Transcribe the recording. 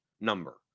number